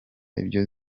ibyo